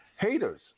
haters